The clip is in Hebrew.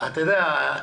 אתה יודע,